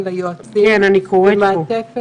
יחד עם משרד האוצר,